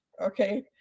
okay